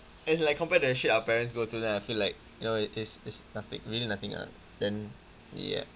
it's like compared to the shit our parents go through then I feel like you know it's it's nothing really nothing ah then ya